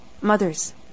mothers